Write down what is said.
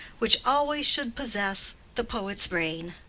which always should possess the poet's brain